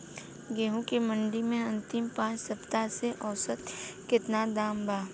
गेंहू के मंडी मे अंतिम पाँच हफ्ता से औसतन केतना दाम बा?